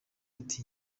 ati